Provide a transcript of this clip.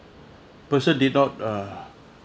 person did not uh